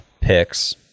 picks